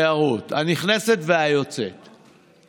של חבר הכנסת מיקי לוי וקבוצת סיעת